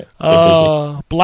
Black